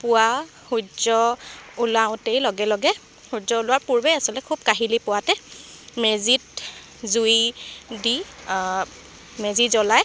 পুৱা সূৰ্য ওলাওতেই লগে লগে সূৰ্য ওলোৱাৰ পূৰ্বেই আচলতে খুব কাহিলী পুৱাতে মেজিত জুই দি মেজি জ্বলায়